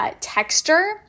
texture